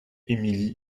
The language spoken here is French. émilie